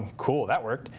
cool. that worked.